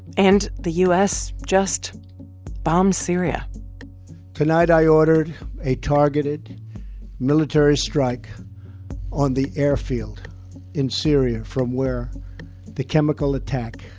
and the u s. just bombs syria tonight, i ordered a targeted military strike on the airfield in syria from where the chemical attack